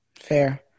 Fair